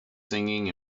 singing